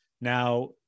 Now